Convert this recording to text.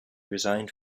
resigned